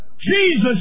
Jesus